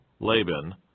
Laban